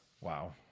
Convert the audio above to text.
Wow